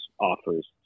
offers